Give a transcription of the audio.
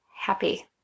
happy